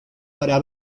para